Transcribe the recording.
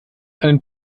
einen